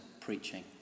preaching